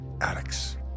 Alex